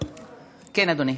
כן, אדוני.